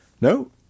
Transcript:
No